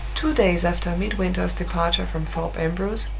two days after midwinter's departure from thorpe ambrose,